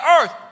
earth